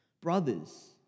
brothers